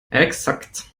exakt